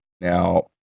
Now